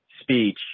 speech